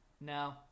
No